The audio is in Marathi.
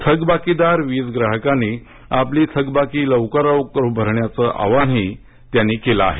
थकबाकीदार वीज ग्राहकांनी आपली थकबाकी लवकरात लवकर भरण्याचे आवाहनही त्यांनी केलं आहे